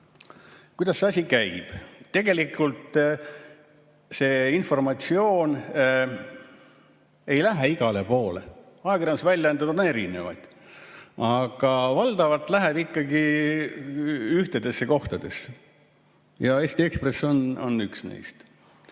kuidas see asi käib. Tegelikult see informatsioon ei lähe igale poole. Ajakirjandusväljaandeid on erinevaid, aga valdavalt läheb see ikkagi ühtedesse kohtadesse. Eesti Ekspress on olnud